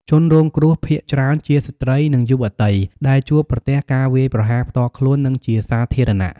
ជនរងគ្រោះភាគច្រើនជាស្ត្រី និងយុវតី ដែលជួបប្រទះការវាយប្រហារផ្ទាល់ខ្លួន និងជាសាធារណៈ។